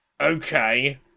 Okay